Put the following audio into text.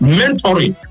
mentoring